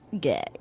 gay